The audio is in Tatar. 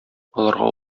аларга